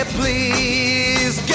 please